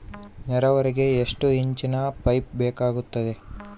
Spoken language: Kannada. ನೇರಾವರಿಗೆ ಎಷ್ಟು ಇಂಚಿನ ಪೈಪ್ ಬೇಕಾಗುತ್ತದೆ?